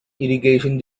irrigation